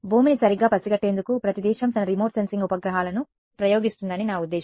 భూమిని సరిగ్గా పసిగట్టేందుకు ప్రతి దేశం తన రిమోట్ సెన్సింగ్ ఉపగ్రహాలను ప్రయోగిస్తుందని నా ఉద్దేశ్యం